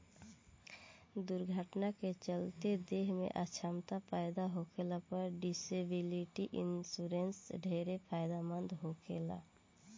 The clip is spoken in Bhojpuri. दुर्घटना के चलते देह में अछमता पैदा होखला पर डिसेबिलिटी इंश्योरेंस ढेरे फायदेमंद होखेला